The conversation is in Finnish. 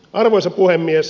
arvoisa puhemies